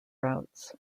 routes